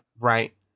right